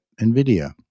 NVIDIA